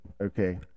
okay